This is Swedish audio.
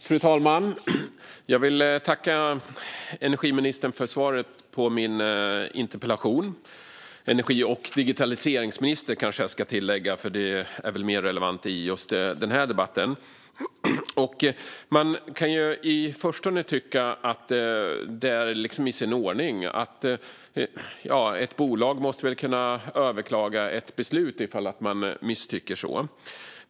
Fru talman! Jag vill tacka energiministern för svaret på min interpellation. Jag ska kanske säga energi och digitaliseringsministern, eftersom det är mer relevant i just den här debatten. Man kan i förstone tycka att det är i sin ordning, att ett bolag måste kunna överklaga ett beslut ifall bolaget misstycker.